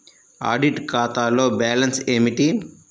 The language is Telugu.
ఆడిట్ ఖాతాలో బ్యాలన్స్ ఏమిటీ?